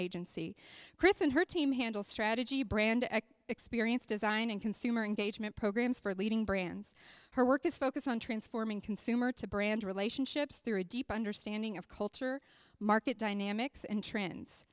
agency chris and her team handle strategy brand experience designing consumer engagement programs for leading brands her work is focused on transforming consumer to brand relationships through a deep understanding of culture market dynamics and trends